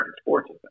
sports